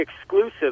exclusive